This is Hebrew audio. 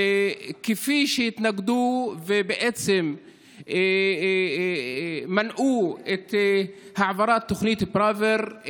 וכפי שהתנגדו ובעצם מנעו את העברת תוכנית פראוור,